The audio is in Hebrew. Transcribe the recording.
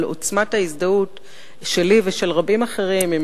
עוצמת ההזדהות שלי ושל רבים אחרים עם